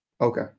Okay